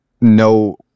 no